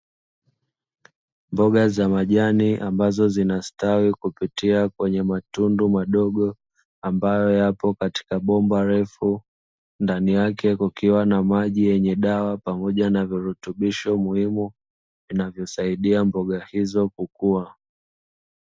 Mboga za majani ambazo zinastawi kupitia kwenye matundu madogo ambayo yapo katika bomba refu, ndani yake kukiwa na maji yenye dawa pamoja na virutubisho muhimu, zinazosaidia mboga hizo kukua.